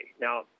Now